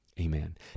amen